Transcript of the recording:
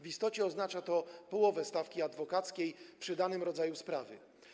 W istocie oznacza to połowę stawki adwokackiej przy danym rodzaju sprawy.